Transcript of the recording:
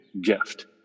gift